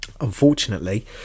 unfortunately